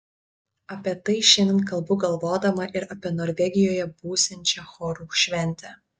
apie tai šiandien kalbu galvodama ir apie norvegijoje būsiančią chorų šventę